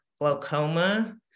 glaucoma